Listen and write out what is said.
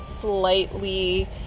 slightly